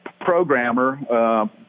programmer